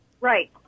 Right